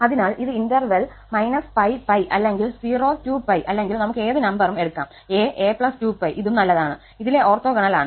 അതിനാൽ ഇത് ഇന്റർവെൽ −𝜋 𝜋 അല്ലെങ്കിൽ 02𝜋 അല്ലെങ്കിൽ നമുക്ക് ഏത് നമ്പറും എടുക്കാം 𝑎 𝑎 2𝜋 ഇതും നല്ലതാണ് ഇതിലെ ഓർത്തോഗണൽ ആണ്